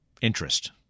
interest